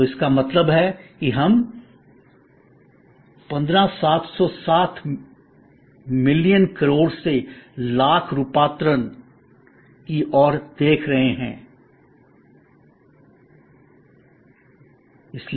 तो इसका मतलब है कि हम 15760 मिलियन करोड़ से लाख रूपांतरण की ओर देख रहे हैं इसलिए 15760 हजार